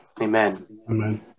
Amen